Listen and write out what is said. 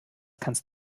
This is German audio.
kannst